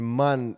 man